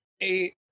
eight